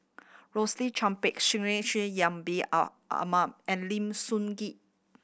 Rosaline Chan Pang Bin Ahmed and Lim Sun Gee